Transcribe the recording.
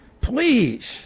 please